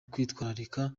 kwitwararika